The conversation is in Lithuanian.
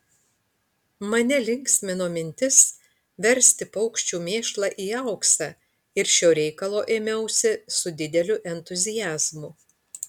mane linksmino mintis versti paukščių mėšlą į auksą ir šio reikalo ėmiausi su dideliu entuziazmu